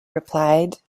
replied